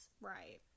Right